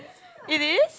it is